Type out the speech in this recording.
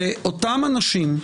אותם אנשים,